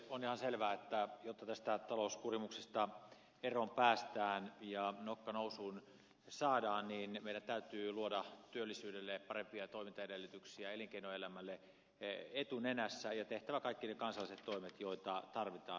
on ihan selvää että jotta tästä talouskurimuksesta eroon päästään ja nokka nousuun saadaan niin meidän täytyy luoda työllisyydelle parempia toimintaedellytyksiä elinkeinoelämälle etunenässä ja tehtävä kaikki ne kansalliset toimet joita tarvitaan